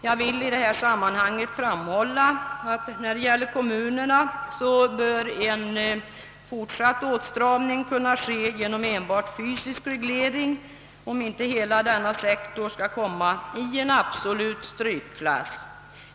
Jag vill i det här sammanhanget framhålla att när det gäller kommunerna en fortsatt åtstramning bör kunna åstadkommas genom enbart fysisk reglering, om inte hela denna sektor skall komma i en absolut strykklass.